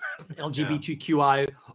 lgbtqi